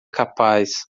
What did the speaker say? capaz